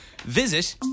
visit